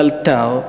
לאלתר,